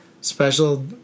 Special